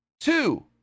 two